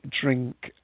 drink